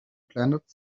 planet